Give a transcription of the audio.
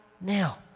now